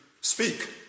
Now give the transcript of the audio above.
speak